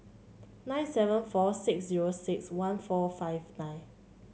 nine seven four six zero six one four five nine